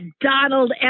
Donald